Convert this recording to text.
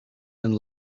and